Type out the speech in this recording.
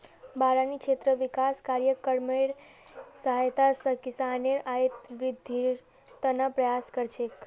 बारानी क्षेत्र विकास कार्यक्रमेर सहायता स किसानेर आइत वृद्धिर त न प्रयास कर छेक